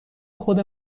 خود